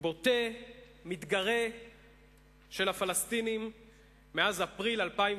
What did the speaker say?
בוטה ומתגרה של הפלסטינים מאז אפריל 2001